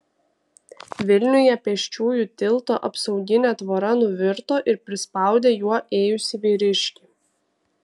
vilniuje pėsčiųjų tilto apsauginė tvora nuvirto ir prispaudė juo ėjusį vyriškį